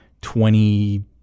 twenty